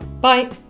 Bye